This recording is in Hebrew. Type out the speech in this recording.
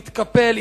הוא התקפל.